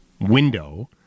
window